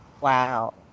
Wow